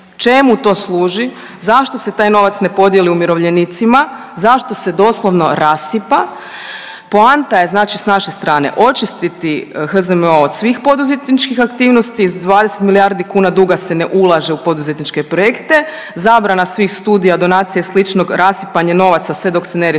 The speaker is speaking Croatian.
čemu to služi, zašto se taj novac ne podijeli umirovljenicima, zašto se doslovno rasipa? Poanta je znači s naše strane očistiti HZMO od svih poduzetničkih aktivnosti, s 20 milijardi kuna duga se ne ulaže u poduzetničke projekte, zabrana svih studija, donacije i sličnog, rasipanje novaca sve dok se ne riješi